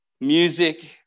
music